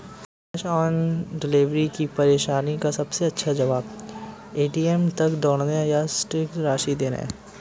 cash on delivery की परेशानी का सबसे अच्छा जवाब, ए.टी.एम तक दौड़ना या सटीक राशि देना है